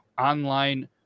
online